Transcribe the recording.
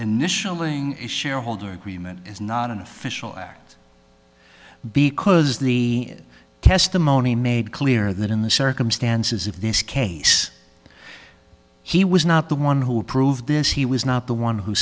initialing shareholder agreement is not an official act because the testimony made clear that in the circumstances of this case he was not the one who approved this he was not the one who